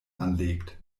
anlegt